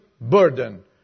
burden